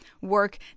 work